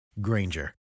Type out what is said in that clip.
Granger